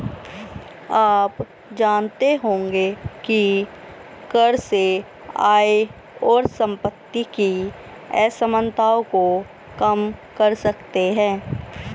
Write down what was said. आप जानते होंगे की कर से आय और सम्पति की असमनताओं को कम कर सकते है?